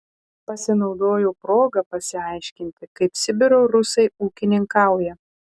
pasinaudojau proga pasiaiškinti kaip sibiro rusai ūkininkauja